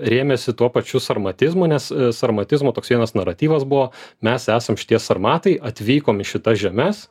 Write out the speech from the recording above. rėmėsi tuo pačiu sarmatizmu nes sarmatizmo toks vienas naratyvas buvo mes esam šitie sarmatai atvykom į šitas žemes